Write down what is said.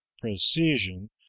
precision